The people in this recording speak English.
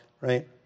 right